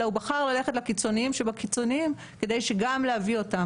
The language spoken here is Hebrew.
אלא הוא בחר ללכת לקיצונים שבקיצוניים כדי גם להביא אותם,